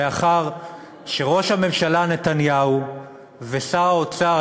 לאחר שראש הממשלה נתניהו ושר האוצר,